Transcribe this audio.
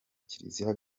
kiliziya